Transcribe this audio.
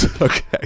okay